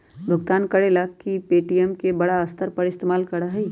भुगतान करे ला भी पे.टी.एम के बड़ा स्तर पर इस्तेमाल करा हई